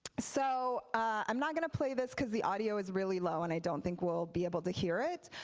so i'm not going to play this because the audio is really low and i don't think we'll be able to hear it.